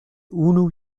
unu